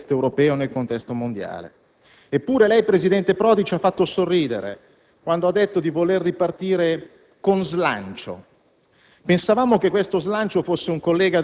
pronti a programmare il futuro del Paese nel contesto europeo e mondiale. Eppure lei, presidente Prodi, ci ha fatto sorridere, quando ha detto di voler ripartire con slancio.